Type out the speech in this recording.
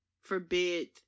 forbid